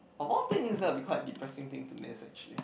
of all things that'll be quite a depressing thing to me is actually